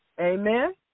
Amen